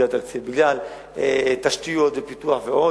במצב שהן לא עומדות במסגרת התקציב בגלל תשתיות ופיתוח ועוד,